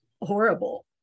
horrible